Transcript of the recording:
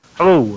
Hello